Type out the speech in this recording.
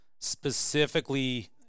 specifically